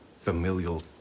familial